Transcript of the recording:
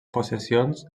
possessions